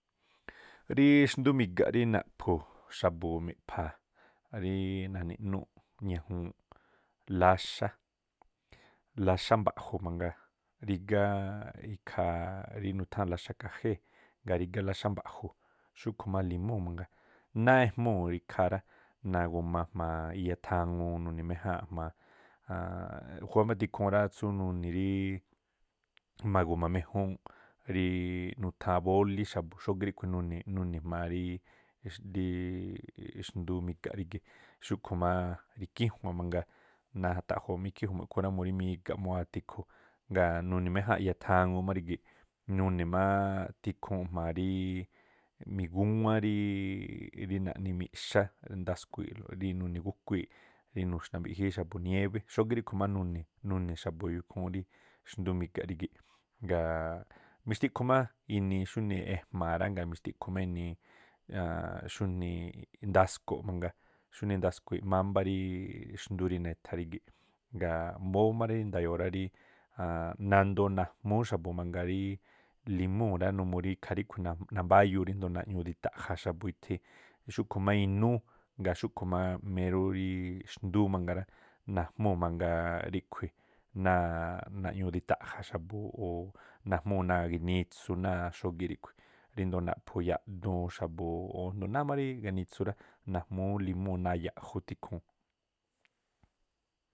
Ríí xndú miga̱ꞌ rí naꞌphu xa̱bu̱ miꞌpha̱a̱ rí na̱niꞌnúúꞌ ñajuun láxá, láxá mba̱ꞌju̱ mangaa, rigááꞌ ikhaa rí nutháa̱n láxá kajée̱, ngaa̱ rígá láxá mba̱ꞌju̱ xúkhu̱ má limúu̱ mangaa, náá ejmúu̱ ikhaa rá, nagu̱ma jma̱a iya thaŋuu, nuni̱ méjáa̱nꞌ jma̱a. a̱a̱nꞌ júwá má tikhuun rá tsú nuni̱ rí ma̱gu̱ma méjúúnꞌ rí nutháán bólí xa̱bu̱ xógí ríꞌkhui̱ nuni̱ jma̱a rííꞌ nxdú miga̱ꞌ rígi̱ꞌ. Xúꞌkhu̱ má ikíjua̱n mangaa, nata̱ꞌjo̱o̱ má ikhí jumu̱ꞌ ikhúún rá numuu rí miga̱ꞌ máwáa̱ tikhu, ngaa̱ nuni̱ méjáa̱nꞌ iya thaŋuu má rígi̱ꞌ, nuni̱ má tikhuu̱n jma̱a rí migúwán rí naꞌni miꞌxá ndaskui̱i̱ꞌ rí nuni̱ gúkuíi̱ rí nuxnambiꞌjíí xa̱bu̱ niébé, xógíꞌ ríꞌkhui̱ má nuni̱ nuni̱ xa̱bu̱ eyo̱o̱ ikhuúún rí xndú miga̱ꞌ rigi̱ꞌ. Ngaa̱ mixtiꞌkhu má inii xunii ejmaa rá, ngaa̱ mixtiꞌkhu má enii a̱a̱a̱nꞌ xunii ndasko̱ꞌ mangaa xunii ndaskui̱i̱ꞌ mámbá xndú ríiꞌ ne̱tha̱ rígi̱ꞌ. Ngaa̱ mbóó má rí nda̱yo̱o̱ rá rí nandoo najmúu̱ xa̱bu̱ mangaa rí limúu̱ rá numuu rí ikhaa ríꞌkhui̱ nambáyuu ríndoo̱ naꞌñuu díta̱ꞌja̱ xa̱bu̱ ithi, xúꞌkhu̱ má inúú, ngaa̱ xúꞌkhu̱ má mérú rí xndúú mangaa rá, najmúu̱ mangaa ríꞌkhui̱ náa̱ꞌ naꞌñuu ditaꞌja̱ xa̱bu̱, o̱ najmúu̱ náa̱ ginitsu. náa̱ xógíꞌ ríꞌkhui̱ ríndo̱o naꞌphu yaꞌduun xa̱bu̱ o̱ a̱jndo̱o náá má rí ganitsu rá, najmúú limúu̱ náa̱ yaꞌju̱ tikhuun.